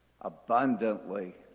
abundantly